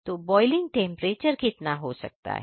तो boiling temperature कितना हो सकता है